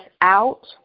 out